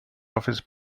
office